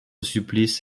supplice